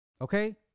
Okay